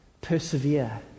persevere